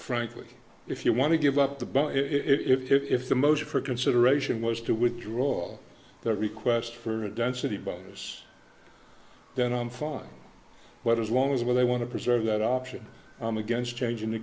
frankly if you want to give up the but if the motive for consideration was to withdraw their request for a density bonus then i'm fine well as long as when they want to preserve that option i'm against changing the